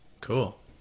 Cool